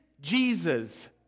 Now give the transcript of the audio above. jesus